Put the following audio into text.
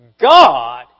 God